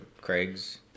Craig's